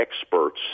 experts